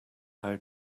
how